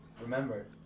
Remember